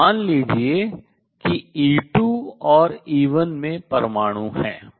तो मान लीजिए कि E2 और E1 में परमाणु हैं